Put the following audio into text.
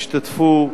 ישתתפו.